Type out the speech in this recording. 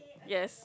yes